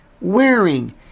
wearing